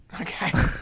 Okay